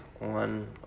on